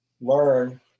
Learn